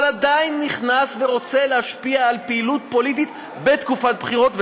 אבל עדיין נכנס ורוצה להשפיע על פעילות פוליטית בתקופת בחירות.